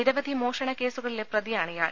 നിരവധി മോഷണ കേസുകളിലെ പ്രതിയാണിയാൾ